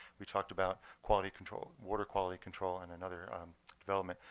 we talked about quality control, water quality control, and another um development.